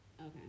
Okay